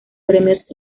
premios